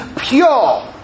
pure